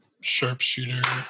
Sharpshooter